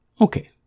Okay